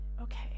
okay